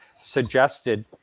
suggested